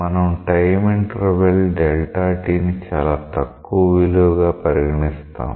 మనం time interval t ని చాలా తక్కువ విలువగా పరిగణిస్తాం